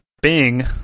Bing